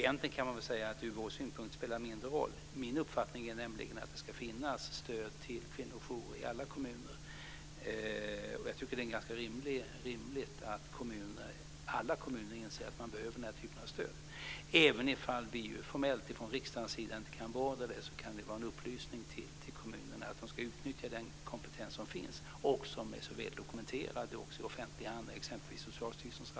Egentligen kan jag säga att det ur vår synpunkt spelar mindre roll. Min uppfattning är nämligen att det ska finnas stöd till kvinnojourer i alla kommuner. Jag tycker att det är ganska rimligt att alla kommuner inser att kvinnorna behöver den här typen av stöd. Även vi formellt från riksdagen inte kan beordra det kan det vara en upplysning till kommunerna att de ska utnyttja den kompetens som finns och som är så väl dokumenterad i offentliga handlingar, exempelvis i